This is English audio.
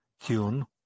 tune